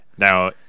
Now